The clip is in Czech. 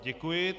Děkuji.